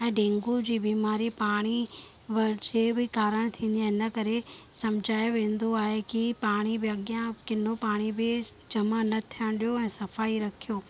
ऐं डेंगू जी बीमारी पाणी वजह बि कारणि थींदी आहे इन करे सम्झायो वेंदो आहे की पाणी बि अॻियां किनो पाणी बि जमा न थियणु ॾियो ऐं सफ़ाई रखियो